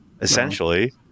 essentially